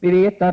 detta.